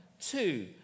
Two